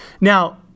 Now